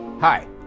Hi